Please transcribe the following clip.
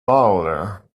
bowler